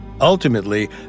Ultimately